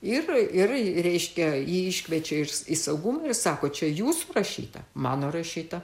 ir ir reiškia jį iškviečia į saugumą ir sako čia jūs prašyta mano rašyta